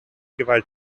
gewalt